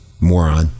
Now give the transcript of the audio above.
moron